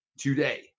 today